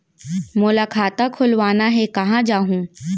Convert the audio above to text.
मोला खाता खोलवाना हे, कहाँ जाहूँ?